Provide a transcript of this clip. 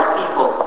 people